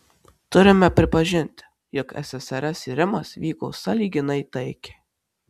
turime pripažinti jog ssrs irimas vyko sąlyginai taikiai